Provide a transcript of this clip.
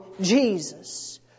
Jesus